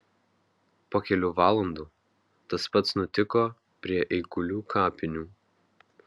po kelių valandų tas pats nutiko prie eigulių kapinių